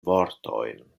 vortojn